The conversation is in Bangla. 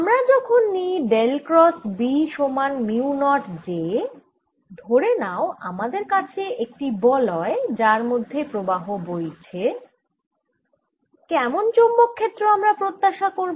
আমরা যখন নিই ডেল ক্রস B সমান মিউ নট j ধরে নাও আমাদের আছে একটি বলয় যার মধ্যে প্রবাহ বইছে কেমন চৌম্বক ক্ষেত্র আমরা প্রত্যাশা করব